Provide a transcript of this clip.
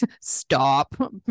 stop